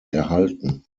erhalten